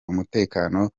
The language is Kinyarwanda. umutekano